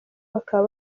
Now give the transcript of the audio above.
bakaba